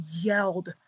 yelled